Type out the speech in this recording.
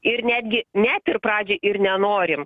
ir netgi net ir pradžiai ir nenorim